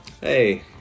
Hey